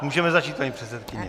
Můžeme začít, paní předsedkyně.